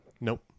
Nope